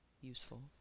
useful